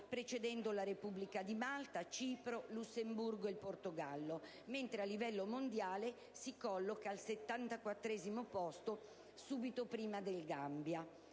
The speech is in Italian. precedendo la Repubblica di Malta, Cipro, Lussemburgo e Portogallo. A livello mondiale, poi, si colloca addirittura al settantaquattresimo posto, subito prima del Gambia.